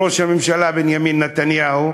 ראש הממשלה בנימין נתניהו,